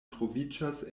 troviĝas